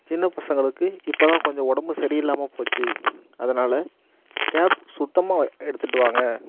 சின்ன பசங்களுக்கு இப்போ தான் கொஞ்சம் உடம்பு சரியில்லாமல் போச்சி அதனால் கேப் சுத்தமாக எடுத்துகிட்டு வாங்க